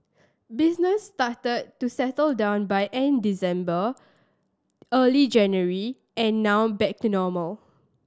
business started to settle down by end December early January and now back to normal